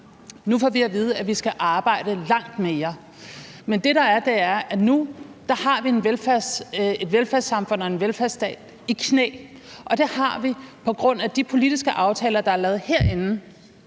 Nu får vi at vide, at vi skal arbejde langt mere. Men det, der er med det, er, at nu har vi et velfærdssamfund og en velfærdsstat i knæ, og det har vi på grund af de politiske aftaler, der er lavet herinde